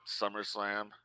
SummerSlam